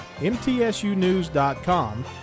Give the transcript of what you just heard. mtsunews.com